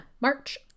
March